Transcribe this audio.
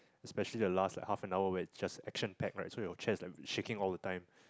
especially the last like half an hour when its just action packed right so your chair is shaking all the time